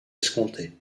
escompté